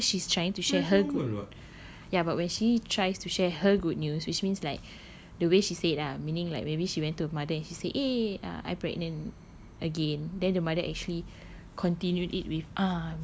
whenever she's trying to share her good ya but when she tries to share her good news which means like the way she say it ah meaning like maybe she went to her mother and she say eh I pregnant again then the mother actually continue it with